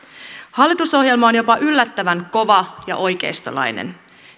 hallitusohjelma on jopa yllättävän kova ja oikeistolainen